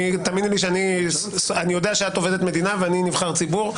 תאמיני לי שאני יודע שאת עובדת מדינה ואני נבחר ציבור,